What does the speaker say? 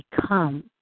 become